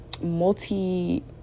multi